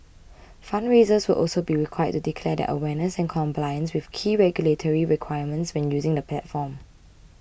fundraisers will also be required to declare their awareness and compliance with key regulatory requirements when using the platform